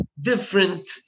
different